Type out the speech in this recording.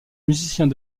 musiciens